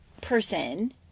person